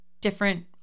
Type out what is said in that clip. different